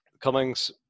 Cummings